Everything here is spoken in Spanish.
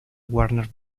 warner